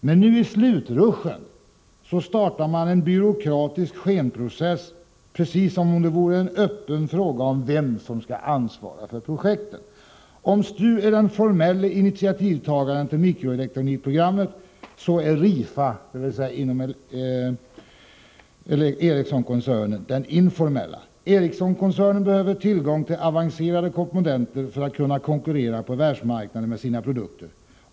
Men nu i slutrushen startar man en byråkratisk skenprocess, precis som om det vore en öppen fråga vem som skall ansvara för projekten. Om STU är den formella initiativtagaren till mikroelektronikprogrammet så är Rifa” — som ingår i Ericssonkoncernen — ”den informella. Ericssonkoncernen behöver tillgång till avancerade komponenter för att kunna konkurrera på världsmarknaden med sina produkter.